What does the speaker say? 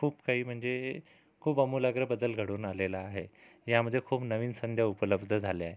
खूप काही म्हणजे खूप आमूलाग्र बदल घडून आलेला आहे ह्यामध्ये खूप नवीन संधी उपलब्ध झाल्या आहे